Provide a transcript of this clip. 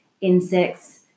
insects